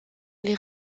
les